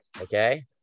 Okay